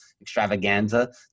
extravaganza